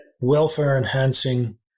welfare-enhancing